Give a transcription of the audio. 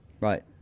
Right